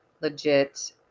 legit